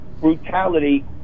brutality